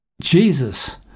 Jesus